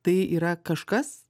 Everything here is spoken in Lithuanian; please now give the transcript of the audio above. tai yra kažkas